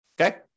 okay